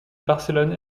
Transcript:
barcelone